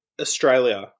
Australia